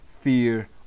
fear